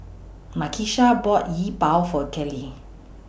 Nakisha bought Yi Bua For Kelli